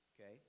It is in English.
okay